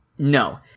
No